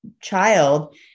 child